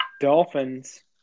Dolphins